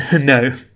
No